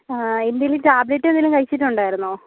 ആ എന്തേലും ടാബ്ലെറ്റ് എന്തേലും കഴിച്ചിട്ടുണ്ടാരുന്നോ